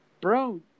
bro